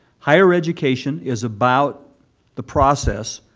higher education is about the process